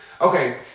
Okay